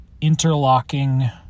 interlocking